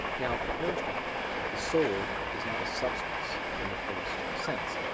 now for aristotle the soul is not a substance in the fullest sense,